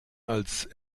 als